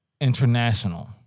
international